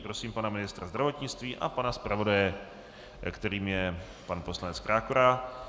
Prosím pana ministra zdravotnictví a pana zpravodaje, kterým je pan poslanec Krákora.